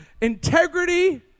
integrity